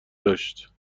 داشت